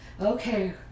okay